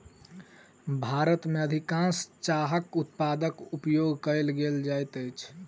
भारत में अधिकाँश चाहक उत्पाद उपयोग कय लेल जाइत अछि